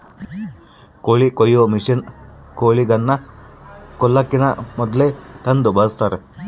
ಕೋಳಿ ಕೊಯ್ಯೊ ಮಷಿನ್ನ ಕೋಳಿಗಳನ್ನ ಕೊಲ್ಲಕಿನ ಮೊದ್ಲೇ ತಂದು ಬಳಸ್ತಾರ